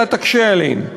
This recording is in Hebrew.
אלא תקשה עליהם.